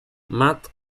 matt